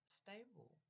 stable